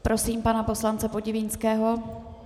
Prosím pana poslance Podivínského.